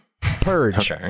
Purge